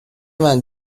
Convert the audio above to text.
vingt